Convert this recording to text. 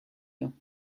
you